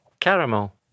Caramel